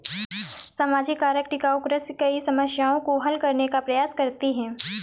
सामाजिक कारक टिकाऊ कृषि कई समस्याओं को हल करने का प्रयास करती है